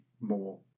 more